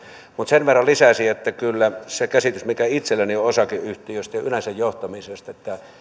mutta sen verran lisäisin että kyllä se käsitys mikä itselläni on osakeyhtiöistä ja yleensä johtamisesta on se että